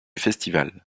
festival